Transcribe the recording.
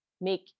make